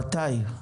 מתי?